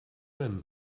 men